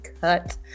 cut